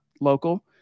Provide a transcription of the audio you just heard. local